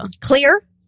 Clear